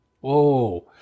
Whoa